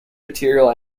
material